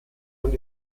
und